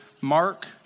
Mark